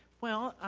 well,